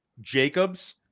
Jacobs